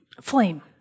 Flame